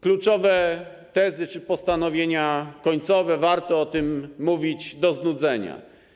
Kluczowe tezy czy postanowienia końcowe - warto o tym mówić do znudzenia.